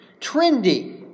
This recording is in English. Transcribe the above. trendy